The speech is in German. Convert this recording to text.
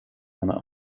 meiner